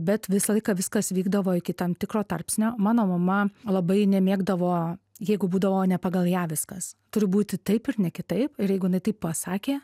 bet visą laiką viskas vykdavo iki tam tikro tarpsnio mano mama labai nemėgdavo jeigu būdavo ne pagal ją viskas turi būti taip ir ne kitaip ir jeigu jinai taip pasakė